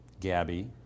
Gabby